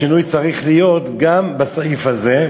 השינוי צריך להיות גם בסעיף הזה,